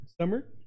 Summer